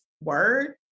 word